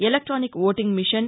electronic voting machine